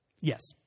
Yes